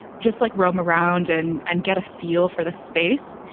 just like roam around in and get a feel for the space.